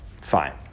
fine